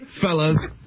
fellas